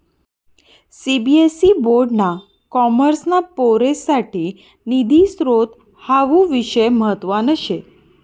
CBSE board ना कॉमर्सना पोरेससाठे निधी स्त्रोत हावू विषय म्हतवाना शे